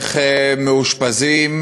איך מאושפזים,